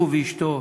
הוא ואשתו